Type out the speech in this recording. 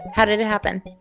how did it happen?